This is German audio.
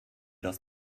das